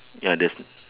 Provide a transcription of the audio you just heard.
ya there's n~